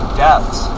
deaths